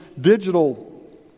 digital